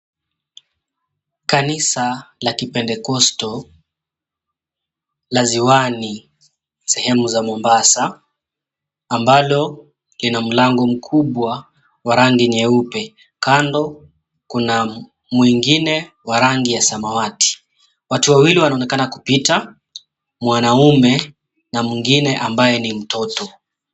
Kanisa la kipentekosto la Ziwani sehemu za Mombasa, ambalo lina mlango mkubwa wa rangi nyeupe. Kando kuna mwingine wa rangi ya samawati. Watu wawili wanaonekana kupita, mwanaume na mwingine ambaye ni mtoto.